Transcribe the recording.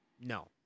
no